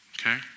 okay